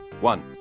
One